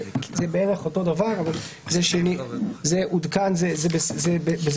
זה בערך אותו דבר, זה עודכן, זה